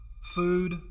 food